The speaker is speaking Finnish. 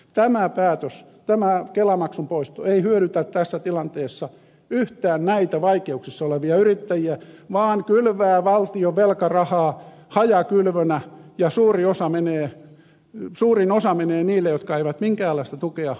tämä päätös kelamaksun poisto ei hyödytä tässä tilanteessa yhtään näitä vaikeuksissa olevia yrittäjiä vaan kylvää valtion velkarahaa hajakylvönä ja suurin osa menee niille jotka eivät minkäänlaista tukea yrityksinä tarvitse